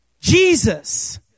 Jesus